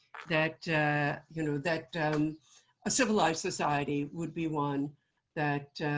that you know that a civilized society would be one that